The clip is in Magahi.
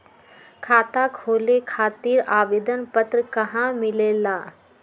खाता खोले खातीर आवेदन पत्र कहा मिलेला?